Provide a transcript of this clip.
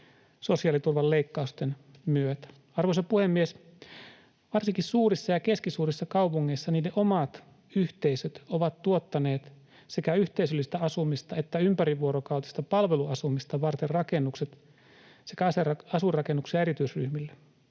sosiaaliturvan leikkausten myötä. Arvoisa puhemies! Varsinkin suurissa ja keskisuurissa kaupungeissa niiden omat yhteisöt ovat tuottaneet sekä yhteisöllistä asumista että ympärivuorokautista palveluasumista varten rakennukset sekä asuinrakennuksia erityisryhmille.